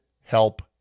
help